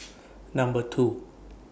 Number two